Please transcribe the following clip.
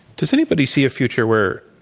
does anybody see a future where